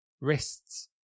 wrists